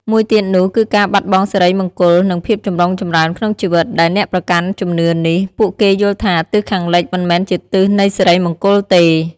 មួយទៀតនោះគឺការបាត់បង់សិរីមង្គល និងភាពចម្រុងចម្រើនក្នុងជីវិត ដែលអ្នកប្រកាន់ជំនឿនេះ ពួកគេយល់ថាទិសខាងលិចមិនមែនជាទិសនៃសិរីមង្គលទេ។